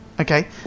Okay